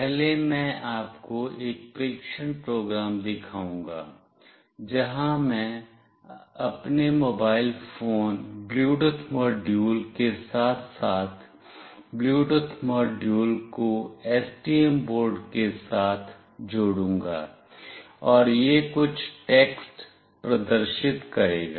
पहले मैं आपको एक परीक्षण प्रोग्राम दिखाऊंगा जहां मैं अपने मोबाइल फोन ब्लूटूथ मॉड्यूल के साथ साथ ब्लूटूथ मॉड्यूल को STM बोर्ड के साथ जोड़ूगा और यह कुछ टेक्स्ट प्रदर्शित करेगा